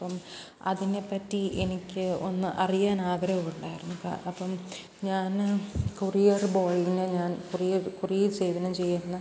അപ്പം അതിനെ പറ്റി എനിക്ക് ഒന്ന് അറിയാനാഗ്രഹമുണ്ടായിരുന്നു ആ അപ്പം ഞാൻ കൊറിയർ ബോയീനെ ഞാൻ കൊറിയർ കൊറിയർ സേവനം ചെയ്യുന്ന